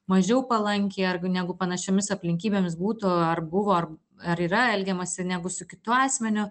mažiau palankiai ar g negu panašiomis aplinkybėmis būtų ar buvo ar ar yra elgiamasi negu su kitu asmeniu